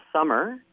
summer